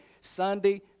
Sunday